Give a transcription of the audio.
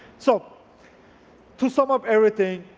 so to sum up everything,